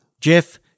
Jeff